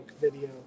video